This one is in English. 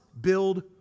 build